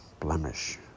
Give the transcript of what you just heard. blemish